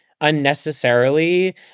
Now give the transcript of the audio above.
unnecessarily